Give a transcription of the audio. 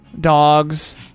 dogs